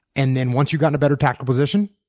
and then once you got in a better tactical position,